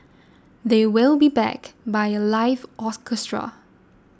they will be backed by a live orchestra